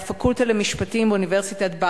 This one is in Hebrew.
הפקולטה למשפטים באוניברסיטת בר-אילן,